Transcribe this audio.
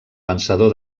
vencedor